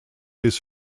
his